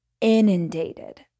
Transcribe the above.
inundated